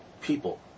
people